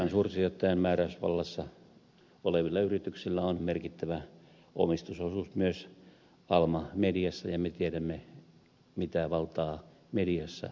suursijoittaja vilppulan määräysvallassa olevilla yrityksillä on merkittävä omistusosuus myös alma mediassa ja me tiedämme mitä valtaa mediassa alma media käyttää